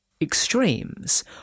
extremes